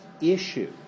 issue